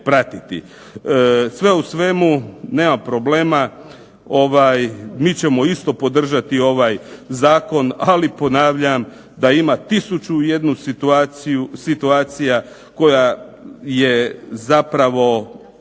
Sve u svemu nema problema. Mi ćemo isto podržati ovaj zakon, ali ponavljam da ima 1001 situaciju koja je zapravo